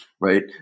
right